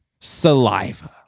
saliva